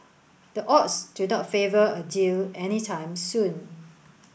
the odds do not favour a deal any time soon